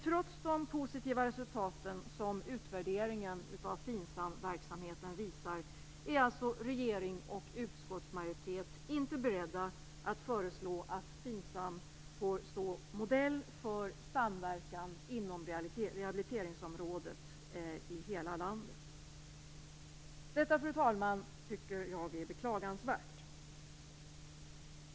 Trots de positiva resultaten i utvärderingen av FINSAM-verksamheten är regering och utskottsmajoritet inte beredda att föreslå att FINSAM får stå modell för samverkan inom rehabiliteringsområdet i hela landet. Det är, fru talman, beklagansvärt.